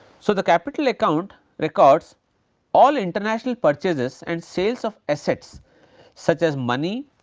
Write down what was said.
so, the capital account records all international purchase and sales of assets such as money,